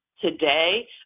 Today